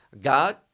god